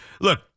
Look